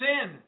sin